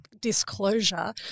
disclosure